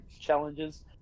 challenges